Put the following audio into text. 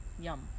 Yum